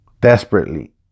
Desperately